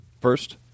first